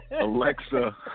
Alexa